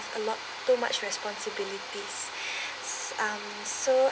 a lot too much responsibilities um so